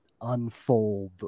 unfold